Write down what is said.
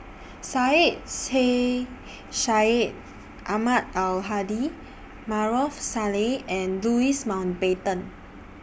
Syed Sheikh Syed Ahmad Al Hadi Maarof Salleh and Louis Mountbatten